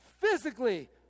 physically